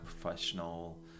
professional